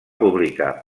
publicar